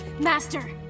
Master